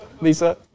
Lisa